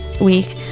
week